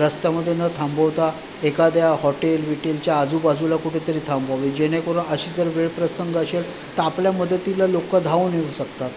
रस्त्यामध्ये न थांबवता एखाद्या हॉटेल विटेलच्या आजूबाजूला कुठेतरी थांबवावी जेणेकरून अशी जर वेळ प्रसंग असेल तर आपल्या मदतीला लोक धावून येऊ शकतात